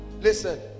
Listen